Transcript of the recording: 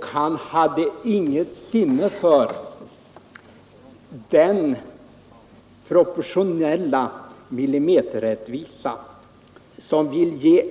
Han hade inget sinne för den proportionella millimeterrättvisa som vill ge